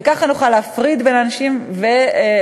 וככה נוכל להפריד בין האנשים וליצור